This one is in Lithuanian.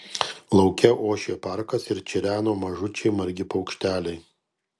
lauke ošė parkas ir čireno mažučiai margi paukšteliai